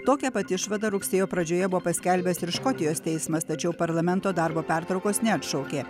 tokią pat išvadą rugsėjo pradžioje buvo paskelbęs ir škotijos teismas tačiau parlamento darbo pertraukos neatšaukė